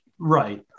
Right